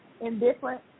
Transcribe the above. indifferent